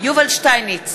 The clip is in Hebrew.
יובל שטייניץ,